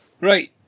Right